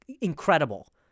incredible